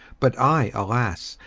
but i, alas!